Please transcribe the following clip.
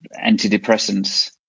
antidepressants